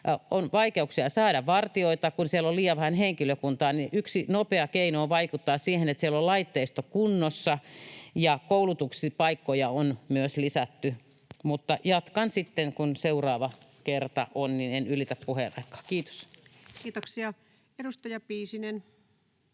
on vaikeuksia saada vartijoita, kun siellä on liian vähän henkilökuntaa. Yksi nopea keino vaikuttaa siihen on, että siellä on laitteisto kunnossa, ja koulutuspaikkoja on myös lisätty. — Jatkan sitten kun seuraava kerta on, niin en ylitä puheaikaa. Kiitos. [Speech 363] Speaker: